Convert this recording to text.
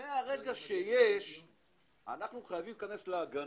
מהרגע שיש אנחנו חייבים להיכנס להגנה.